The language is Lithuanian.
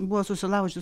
buvo susilaužius